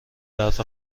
برف